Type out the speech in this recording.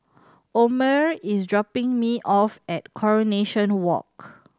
Omer is dropping me off at Coronation Walk